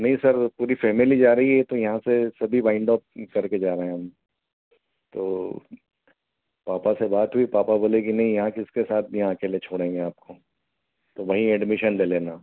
नहीं सर पूरी फेमिली जा रही है तो यहाँ से सभी वाइन्डप करके जा रहे हैं हम तो पापा से बात हुई पापा बोले कि नहीं यहाँ किसके साथ यहाँ अकेले छोड़ेंगे आपको तो वहीं एडमिशन ले लेना